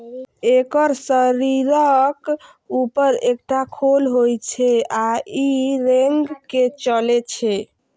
एकर शरीरक ऊपर एकटा खोल होइ छै आ ई रेंग के चलै छै